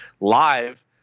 live